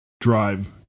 drive